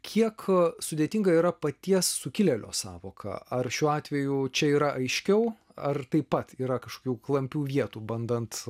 kiek sudėtinga yra paties sukilėlio sąvoka ar šiuo atveju čia yra aiškiau ar taip pat yra kažkokių klampių vietų bandant